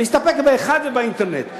להסתפק באחד ובאינטרנט.